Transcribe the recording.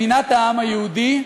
מדינת העם היהודי,